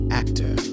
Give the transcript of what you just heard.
actor